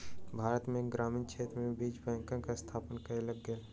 भारत में ग्रामीण क्षेत्र में बीज बैंकक स्थापना कयल गेल